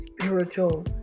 spiritual